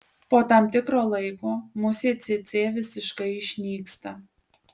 po tam tikro laiko musė cėcė visiškai išnyksta